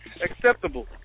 acceptable